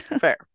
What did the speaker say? Fair